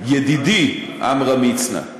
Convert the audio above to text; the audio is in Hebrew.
ידידי עמרם מצנע.